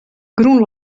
grûn